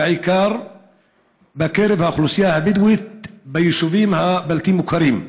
בעיקר בקרב האוכלוסייה הבדואית ביישובים הבלתי-מוכרים.